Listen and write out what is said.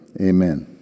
Amen